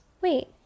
Wait